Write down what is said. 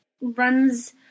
runs